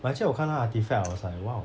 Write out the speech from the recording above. but actually 我看到那个 artifact I was like !wow!